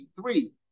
three